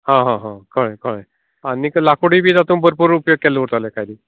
हां हां हां कळ्ळें कळ्ळें आं ताका लांकुडूय बी तातूंत भरपूर उपयोग केल्लो वयताले कळ नी